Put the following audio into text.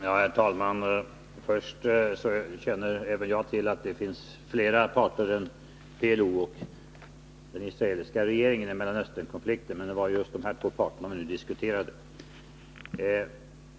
Herr talman! Även jag känner till att det finns flera parter än PLO och den israeliska regeringen i Mellanösternkonflikten, men det var just de här två parterna som vi diskuterade.